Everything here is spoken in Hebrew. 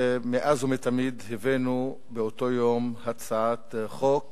מאז ומתמיד הבאנו באותו יום הצעת חוק.